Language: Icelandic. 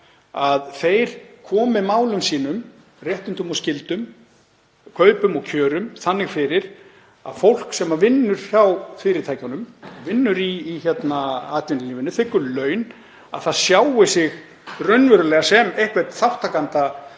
að þeir komi málum sínum, réttindum og skyldum, kaupum og kjörum, þannig fyrir að fólk sem vinnur hjá fyrirtækjunum, vinnur í atvinnulífinu, þiggur laun sjái sig raunverulega sem þátttakendur